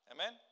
Amen